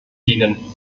dienen